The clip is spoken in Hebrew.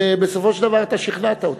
ובסופו של דבר, אתה שכנעת אותי.